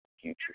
future